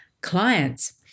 clients